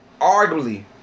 arguably